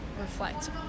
reflect